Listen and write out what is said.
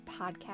podcast